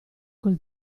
col